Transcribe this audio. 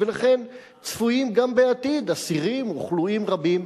ולכן צפויים גם בעתיד אסירים וכלואים רבים,